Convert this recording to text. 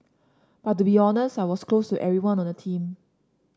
but to be honest I was close to everyone on the team